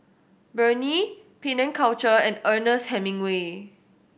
Burnie Penang Culture and Ernest Hemingway